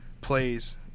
plays